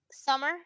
Summer